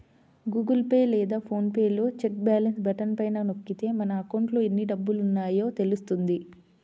Google Pay లేదా PhonePe లో check balance button పైన నొక్కితే మన అకౌంట్లో ఎన్ని డబ్బులున్నాయో తెలుస్తుంది